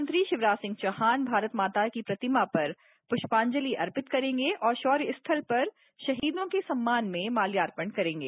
मुख्यमंत्री शिवराज सिंह चौहान भारत माता की प्रतिमा पर पुष्पांजलि अर्पित करेंगे और शौर्य स्थल पर शहीदों के सम्मान में माल्यार्पण करेंगे